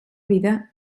vida